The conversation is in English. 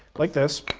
like this.